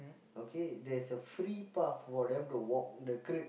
okay there's a free path for them to walk the creep